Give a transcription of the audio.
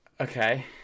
Okay